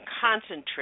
concentrate